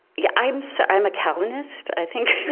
yeah i'm so i'm a calvinist, i think.